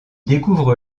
découvre